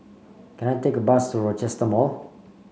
can I take a bus to Rochester Mall